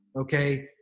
okay